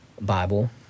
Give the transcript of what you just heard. Bible